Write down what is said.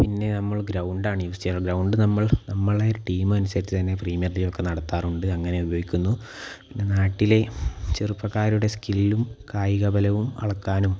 പിന്നെ നമ്മൾ ഗ്രൗണ്ട് ആണ് യൂസ് ചെയ്യാറുള്ളത് ഗ്രൗണ്ട് നമ്മൾ നമ്മളെ ഒരു ടീം അനുസരിച്ചു തന്നെ പ്രീമിയർ ലീഗ് ഒക്കെ നടത്താറുണ്ട് അങ്ങനെ ഉപയോഗിക്കുന്നു പിന്നെ നാട്ടിലെ ചെറുപ്പക്കാരുടെ സ്കില്ലും കായികബലവും അളക്കാനും